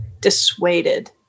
dissuaded